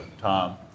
Tom